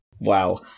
Wow